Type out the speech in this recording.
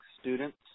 students